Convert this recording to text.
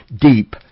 deep